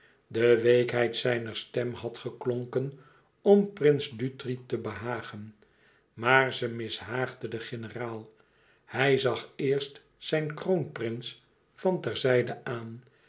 de weekheid zijner stem had geklonken om prins dutri te behagen maar ze mishaagde den generaal hij zag eerst zijn kroonprins van terzijde aan